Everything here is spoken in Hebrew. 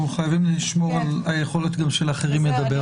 אנחנו חייבים לשמור על היכולת גם של אחרים לדבר,